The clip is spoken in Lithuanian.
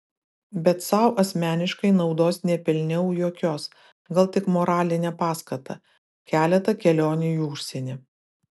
bet sau asmeniškai naudos nepelniau jokios gal tik moralinę paskatą keletą kelionių į užsienį